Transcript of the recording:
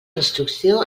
instrucció